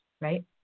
right